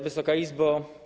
Wysoka Izbo!